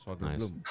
nice